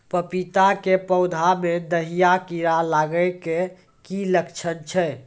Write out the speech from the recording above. पपीता के पौधा मे दहिया कीड़ा लागे के की लक्छण छै?